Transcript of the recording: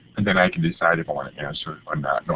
and then i can decide if i want to answer or not.